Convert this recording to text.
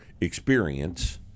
experience